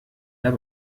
der